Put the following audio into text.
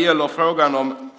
I frågan om